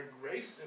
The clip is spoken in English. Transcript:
grace